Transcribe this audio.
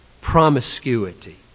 promiscuity